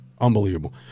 Unbelievable